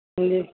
جی